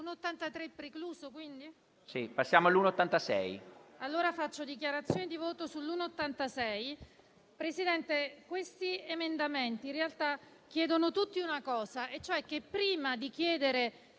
Presidente, questi emendamenti in realtà chiedono tutti una cosa, cioè che prima di chiedere